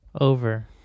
Over